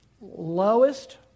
lowest